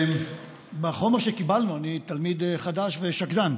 בחומר שקיבלנו, אני תלמיד חדש ושקדן,